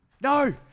No